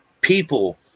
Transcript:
people